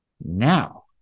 Now